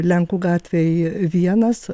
lenkų gatvėj vienas